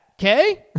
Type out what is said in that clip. Okay